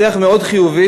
שיח מאוד חיובי,